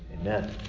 Amen